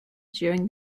during